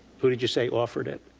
who did you say offered it?